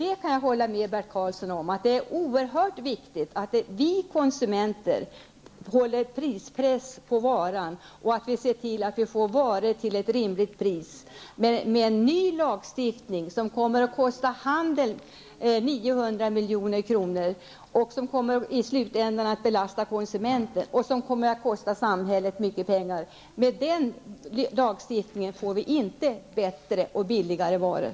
Jag kan hålla med Bert Karlsson om att det är oerhört viktigt att vi konsumenter håller prispress på varor och att vi ser till att få varor till ett rimligt pris. Med en ny lagstiftning som kommer att kosta handeln 900 milj.kr., och som i slutändan kommer att belasta konsumenten, och som kommer att kosta samhället mycket pengar, blir det inte bättre och billigare varor.